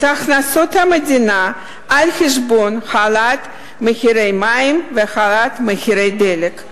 הכנסות המדינה על חשבון העלאת מחירי המים והעלאת מחירי הדלק.